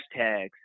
hashtags